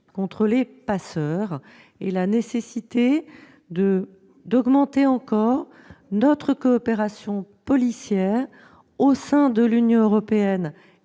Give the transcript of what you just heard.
contre les passeurs et la nécessité d'augmenter encore notre coopération policière, au sein de l'Union européenne